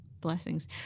blessings